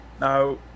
Now